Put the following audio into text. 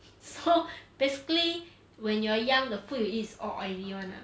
so basically when you are young the food you eat is all oily [one] lah